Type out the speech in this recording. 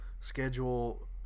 schedule